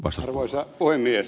arvoisa puhemies